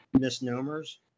Misnomers